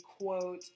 quote